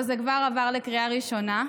וזה כבר עבר לקריאה ראשונה.